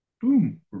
boom